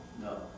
No